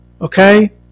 okay